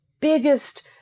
biggest